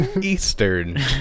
Eastern